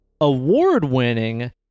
award-winning